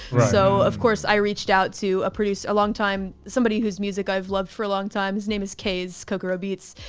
so of course i reached out to a producer, a long time. somebody whose music i've loved for a long time. his name is ks, kokoro beats.